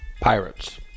Pirates